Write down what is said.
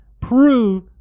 prove